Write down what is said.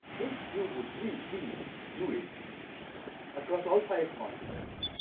if you would please, please do it across all five continents